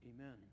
amen